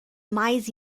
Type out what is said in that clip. mais